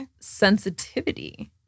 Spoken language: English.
sensitivity